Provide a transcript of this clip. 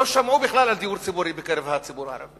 לא שמעו בכלל על דיור ציבורי בקרב הציבור הערבי.